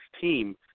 team